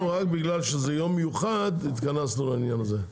אנחנו רק בגלל שזה יום מיוחד התכנסנו לעניין הזה.